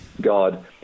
God